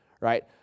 right